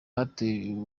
hateye